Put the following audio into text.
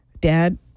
Dad